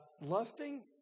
lusting